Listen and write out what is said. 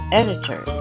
editor